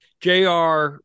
Jr